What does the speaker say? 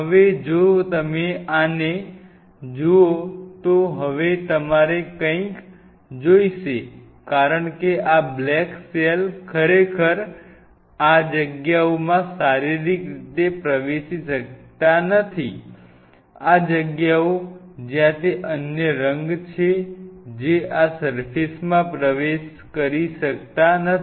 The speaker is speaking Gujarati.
હવે જો તમે આને જુઓ તો હવે તમારે કંઈક જોઈશે કારણ કે આ બ્લેક સેલ ખરેખર આ જગ્યાઓમાં શારીરિક રીતે પ્રવેશી શકતા નથી આ જગ્યાઓ જ્યાં તે અન્ય રંગ છે જે આ સર્ફેસમાં પ્રવેશ કરી શકતા નથી